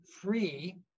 free